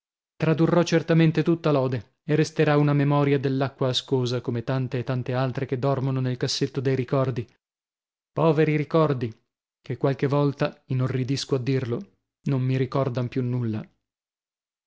tradurrò certamente tutta l'ode e resterà una memoria dell'acqua ascosa come tante e tante altre che dormono nel cassetto dei ricordi poveri ricordi che qualche volta inorridisco a dirlo non mi ricordan più nulla